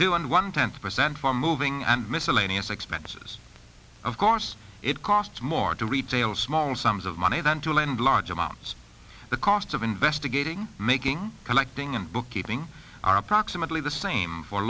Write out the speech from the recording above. two and one tenth percent for moving and miscellaneous expenses of course it costs more to retail small sums of money than to lend large amounts the cost of investigating making collecting and bookkeeping are approximately the same for